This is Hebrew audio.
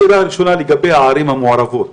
השאלה הראשונה לגבי הערים המעורבות,